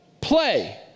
play